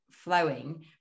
flowing